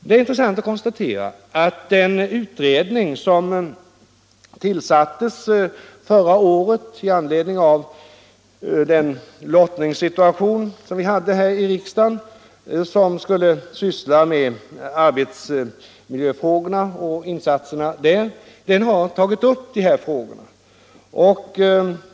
Det är intressant att konstatera att den utredning som tillsattes förra året efter lottning här i riksdagen och som skulle syssla med arbetsmiljön och insatserna på det området har tagit upp de här frågorna.